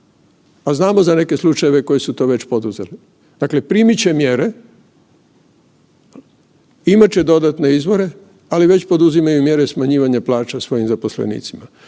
A znamo za neke slučajeve koji su to već poduzeli. Dakle, primit će mjere, imat će dodatne izvore, ali već poduzimaju mjere smanjivanja plaća svojim zaposlenicima.